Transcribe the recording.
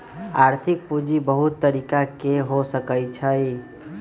आर्थिक पूजी बहुत तरिका के हो सकइ छइ